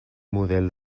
model